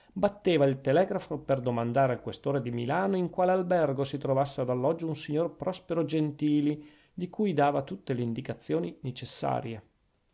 batteva il telegrafo per domandare al questore di milano in quale albergo si trovasse ad alloggio un signor prospero gentili di cui dava tutte le indicazioni necessarie